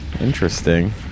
Interesting